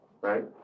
Right